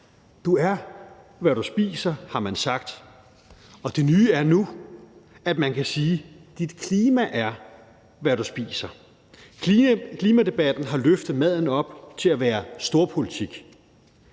Du er, hvad du spiser, har man sagt, og det nye er nu, at man kan sige: Dit klima er, hvad du spiser. Klimadebatten har løftet maden op til at være storpolitik.